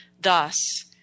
thus